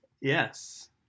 Yes